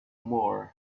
more